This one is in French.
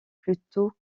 plutôt